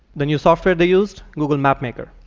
the new software they used? google mapmaker.